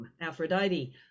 aphrodite